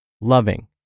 loving